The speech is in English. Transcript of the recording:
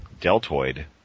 deltoid